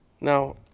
Now